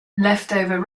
leftover